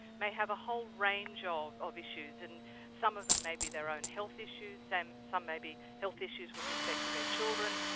may have a whole range of of issues, and some of them may be their own health issues, and some may be health issues with respect to their children,